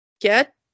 get